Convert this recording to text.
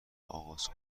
آغاز